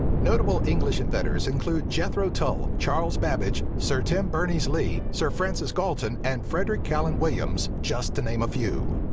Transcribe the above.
notable english inventors include jethro tull, charles babbage, sir tim berners-lee, sir francis galton, and frederic calland williams, just to name a few.